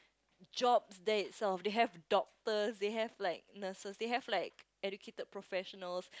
jobs there itself they have doctors they have like nurses they have like educated professionals